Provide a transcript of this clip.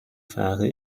fahre